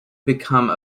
become